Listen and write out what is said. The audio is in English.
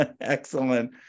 Excellent